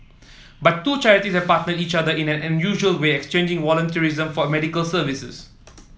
but two charities partnered each other in an unusual way exchanging volunteerism for medical services